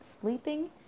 sleeping